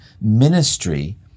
ministry